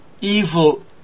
Evil